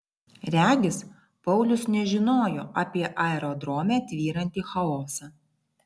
regis paulius nežinojo apie aerodrome tvyrantį chaosą